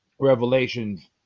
Revelations